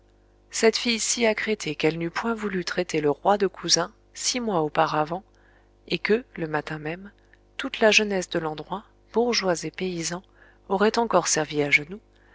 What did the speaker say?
cette fille si accrêtée qu'elle n'eût point voulu traiter le roi de cousin six mois auparavant et que le matin même toute la jeunesse de l'endroit bourgeois et paysans aurait encore servie à genoux